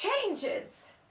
changes